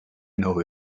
know